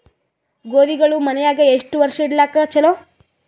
ಗೋಧಿಗಳು ಮನ್ಯಾಗ ಎಷ್ಟು ವರ್ಷ ಇಡಲಾಕ ಚಲೋ?